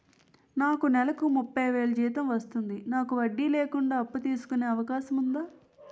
నాకు నేలకు ముప్పై వేలు జీతం వస్తుంది నాకు వడ్డీ లేకుండా అప్పు తీసుకునే అవకాశం ఉందా